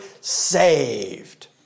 saved